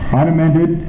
unamended